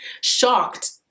shocked